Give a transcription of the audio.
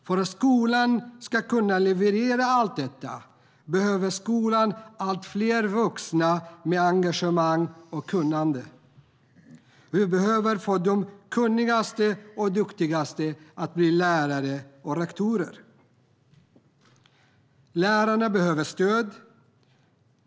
För att skolan ska kunna leverera allt detta behöver skolan allt fler vuxna med engagemang och kunnande. Vi behöver få de kunnigaste och duktigaste att bli lärare och rektorer. Lärarna behöver stöd.